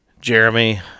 Jeremy